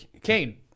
Kane